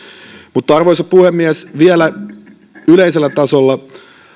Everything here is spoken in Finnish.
mutta arvoisa puhemies vielä yleisellä tasolla